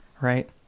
right